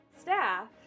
staff